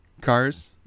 cars